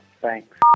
Thanks